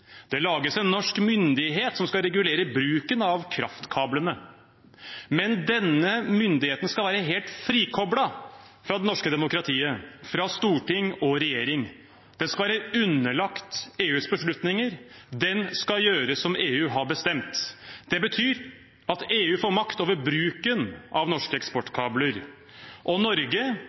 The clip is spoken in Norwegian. Det lages en norsk myndighet som skal regulere bruken av kraftkablene. Men denne myndigheten skal være helt frikoblet fra det norske demokratiet, fra storting og regjering. Den skal være underlagt EUs beslutninger. Den skal gjøre som EU har bestemt. Det betyr at EU får makt over bruken av norske eksportkabler. Og Norge,